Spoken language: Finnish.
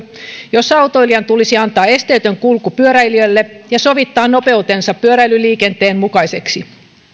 jolla autoilijan tulisi antaa esteetön kulku pyöräilijälle ja sovittaa nopeutensa pyöräilyliikenteen mukaiseksi